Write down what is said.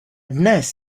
dnes